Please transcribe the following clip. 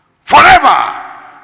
forever